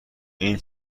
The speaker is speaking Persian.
این